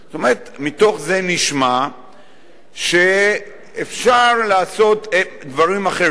מתוך זה נשמע שאפשר לעשות דברים אחרים,